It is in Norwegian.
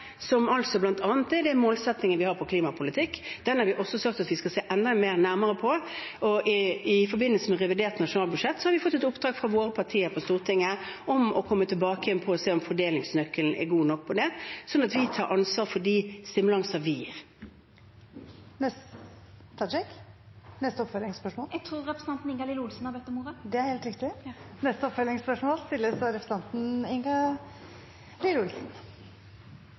det gjelder målsettingen vi har innen klimapolitikk, har jeg sagt at vi skal se enda nærmere på. I forbindelse med revidert nasjonalbudsjett har vi fått et oppdrag fra våre partier på Stortinget om å komme tilbake og se på om fordelingsnøkkelen er god nok for det, slik at vi tar ansvar for de stimulansene vi gir. Ingalill Olsen – til oppfølgingsspørsmål. Vi vet at i valgkampen hastet statsministeren hjem fra Island på grunn av bompengeopprør. Det